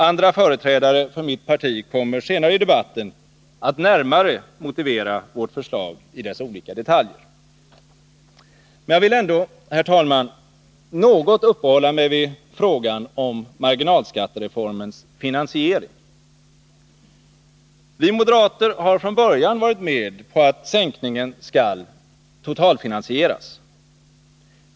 Andra företrädare för mitt parti kommer senare i debatten att närmare motivera vårt förslag i dess olika detaljer. Jag vill ändå, herr talman, något uppehålla mig vid frågan om marginalskattereformens finansiering. Vi moderater har från början varit med på att sänkningen skall totalfinansieras.